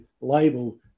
label